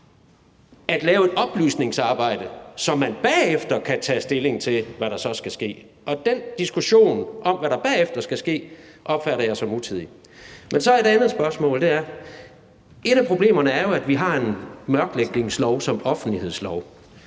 at lave et oplysningsarbejde, så man bagefter kan tage stilling til, hvad der skal ske, og den diskussion om, hvad der bagefter skal ske, opfatter jeg som utidig. Så har jeg et andet spørgsmål, og det er: Et af problemerne er jo, at vi har en mørklægningslov som offentlighedslov.